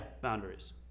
boundaries